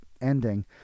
ending